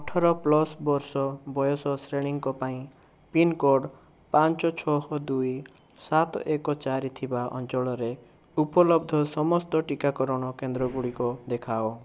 ଅଠର ପ୍ଲସ୍ ବର୍ଷ ବୟସ ଶ୍ରେଣୀଙ୍କ ପାଇଁ ପିନ୍କୋଡ଼୍ ପାଞ୍ଚ ଛଅ ଦୁଇ ସାତ ଏକ ଚାରି ଥିବା ଅଞ୍ଚଳରେ ଉପଲବ୍ଧ ସମସ୍ତ ଟିକାକରଣ କେନ୍ଦ୍ର ଗୁଡ଼ିକ ଦେଖାଅ